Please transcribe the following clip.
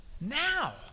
now